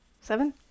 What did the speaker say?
Seven